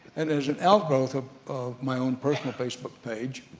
and as an outgrowth of of my own personal facebook page,